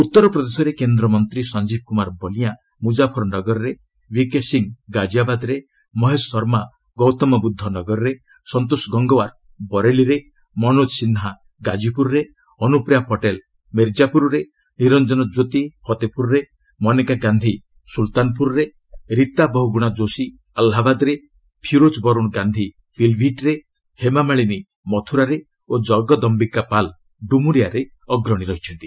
ଉତ୍ତରପ୍ରଦେଶରେ କେନ୍ଦ୍ର ମନ୍ତ୍ରୀ ସଂଜୀବ କୂମାର ବଲିଆଁ ମ୍ରଜାଫର ନଗରରେ ଭିକେ ସିଂହ ଗାଜିଆବାଦରେ ମହେଶ ଶର୍ମା ଗୌତମ ବୃଦ୍ଧ ନଗରରେ ସନ୍ତୋଷ ଗଙ୍ଗୱାର୍ ବରେଲିରେ ମନୋଜ ସିହ୍ନା ଗାଜିପୁରରେ ଅନୁପ୍ରିୟା ପଟେଲ ମିର୍କାପୁରରେ ନିରଞ୍ଜନ ଜ୍ୟୋତି ଫତେପୁରରେ ମନେକା ଗାନ୍ଧି ସ୍କୁଲତାନପୁରରେ ରିତା ବହୁଗୁଣା କୋଶି ଆହ୍ଲାବାଦ୍ରେ ଫିରୋଜ ବରୁଣ ଗାନ୍ଧି ପିଲବିଟ୍ରେ ହେମାମାଳିନି ମଥୁରାରେ ଓ ଜଗଦୟିକା ପାଲ୍ ଡ୍ରମୁରିଆରେ ଅଗ୍ରଣୀ ରହିଛନ୍ତି